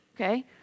okay